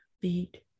beat